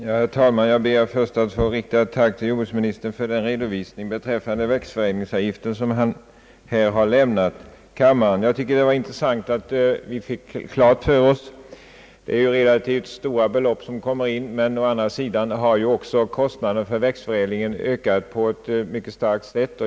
Herr talman! Jag ber först att få rikta ett tack till jordbruksministern för den redovisning beträffande växtförädlingsavgiften, som han nu har lämnat kammaren. Jag tycker det var intressant att få detta klart för oss. Det kommer visserligen in stora belopp, men kostnaden för växtförädlingen har också ökat kraftigt.